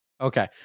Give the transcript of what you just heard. Okay